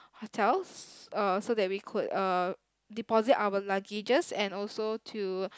hotels uh so that we could uh deposit our luggages and also to